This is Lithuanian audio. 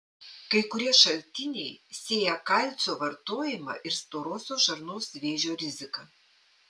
kai kurie šaltiniai sieja kalcio vartojimą ir storosios žarnos vėžio riziką